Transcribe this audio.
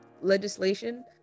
legislation